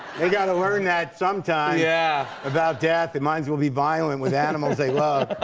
they got to learn that sometime. yeah. about death. they might as well be violent with animals they love.